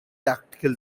tactical